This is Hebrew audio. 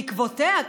בעקבותיהן,